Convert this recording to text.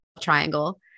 triangle